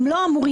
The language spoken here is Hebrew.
הם לא אמורים,